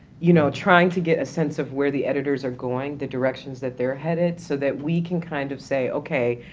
you know, trying to get a sense of where the editors are going-the directions that they're headed, so that we can kind of say, okay,